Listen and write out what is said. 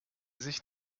sich